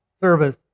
service